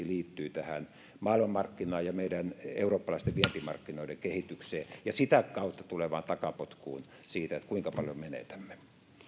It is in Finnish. liittyy tähän maailmanmarkkinaan ja meidän eurooppalaisten vientimarkkinoiden kehitykseen ja sitä kautta tulevaan takapotkuun siitä kuinka paljon menetämme